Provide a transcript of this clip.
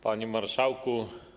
Panie Marszałku!